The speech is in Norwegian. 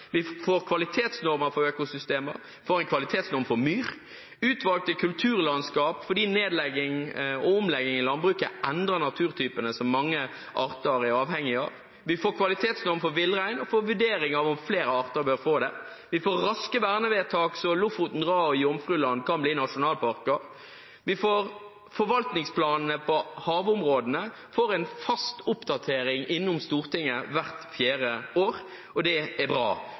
Vi får kvalitetsnormer for økosystemer, vi får en kvalitetsnorm for myr og utvalgte kulturlandskap fordi nedlegging og omlegging i landbruket endrer naturtypene som mange arter er avhengige av. Vi får kvalitetsnorm for villrein og får vurdering av om flere arter bør få det. Vi får raske vernevedtak, slik at Lofoten, Raet og Jomfruland kan bli nasjonalparker. Vi får forvaltningsplaner for havområdene, og vi får en fast oppdatering i Stortinget hvert fjerde år, og det er bra.